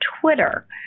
Twitter